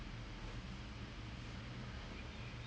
especially the laboratory assistant